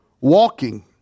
walking